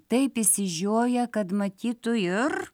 taip išsižioję kad matytų ir